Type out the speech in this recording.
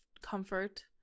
comfort